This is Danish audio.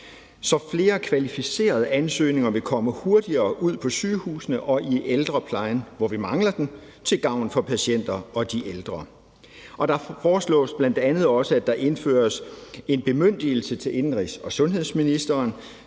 så flere kvalificerede ansøgninger vil komme hurtigere ud på sygehusene og i ældreplejen, hvor vi mangler dem, til gavn for patienter og de ældre. Der foreslås bl.a. også, der indføres en bemyndigelse til indenrigs- og sundhedsministeren,